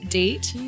date